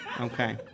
Okay